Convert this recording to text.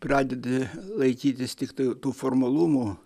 pradeda laikytis tiktai tų formalumų